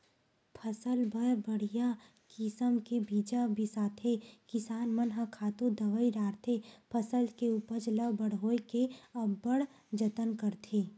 फसल बर बड़िहा किसम के बीजा बिसाथे किसान मन ह खातू दवई डारथे फसल के उपज ल बड़होए के अब्बड़ जतन करथे